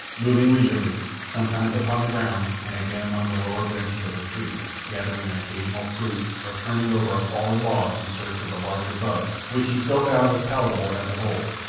moving leisurely, sometimes upon the ground and again among the lower branches of the trees, gathering an occasional fruit or turning over a fallen log in search of the larger bugs, which he still found as palatable as of old,